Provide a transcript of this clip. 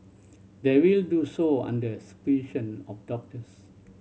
they will do so under supervision of doctors